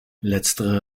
letztere